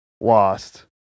lost